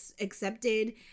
accepted